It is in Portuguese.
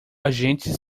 agente